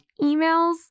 emails